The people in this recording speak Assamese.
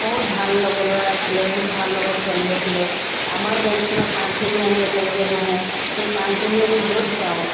বহুত ভাল লগৰ ল'ৰা আছিলে বহুত ভাল লগৰ ছোৱালী আছিলে আমাৰ বেঞ্চখনত পাঁচজনী আমি একেলগে বহোঁ সেই পাঁচজনী আমি য'ত যাওঁ